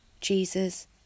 Jesus